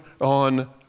on